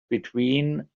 between